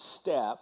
step